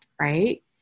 Right